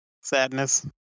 Sadness